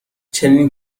چنین